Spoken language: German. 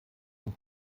von